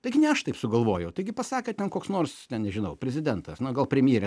tai gi ne aš taip sugalvojau taigi pasakė ten koks nors ten nežinau prezidentas na gal premjerė